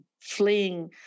fleeing